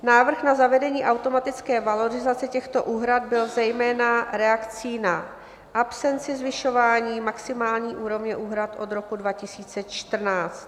Návrh na zavedení automatické valorizace těchto úhrad byl zejména reakcí na absenci zvyšování maximální úrovně úhrad od roku 2014.